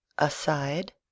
aside